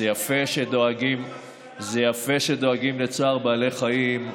זה יפה שדואגים לצער בעלי חיים,